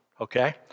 okay